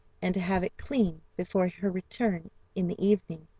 and to have it clean before her return in the evening,